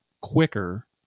quicker